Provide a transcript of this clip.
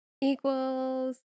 Equals